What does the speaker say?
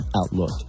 Outlook